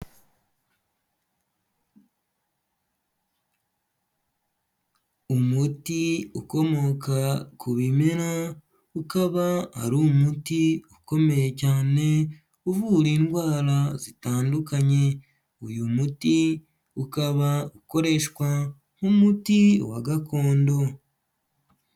Umuti ukomoka ku bimera, ukaba ari umuti ukomeye cyane uvura indwara zitandukanye. Uyu muti ukaba ukoreshwa nk'umuti wa gakondo.